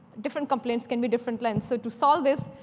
different complaints can be different lengths. so to solve this,